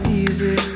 easy